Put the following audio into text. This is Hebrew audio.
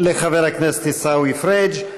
לחבר הכנסת עיסאווי פריג'.